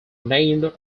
named